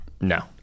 No